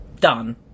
Done